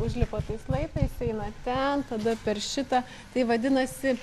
užlipa laiptais eina ten tada per šitą tai vadinasi